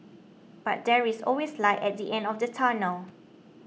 but there is always light at the end of the tunnel